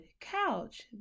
couch